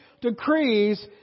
decrees